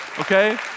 Okay